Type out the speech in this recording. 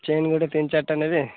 chain ଗୋଟେ ତିନି ଚାରିଟା ନେବି